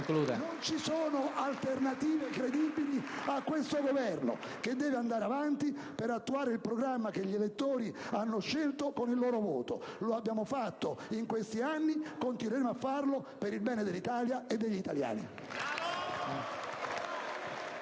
Non ci sono alternative credibili a questo Governo, che deve andare avanti per attuare il programma che gli elettori hanno scelto con il loro voto. Lo abbiamo fatto in questi anni; continueremo a farlo per il bene dell'Italia e degli italiani.